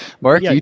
Mark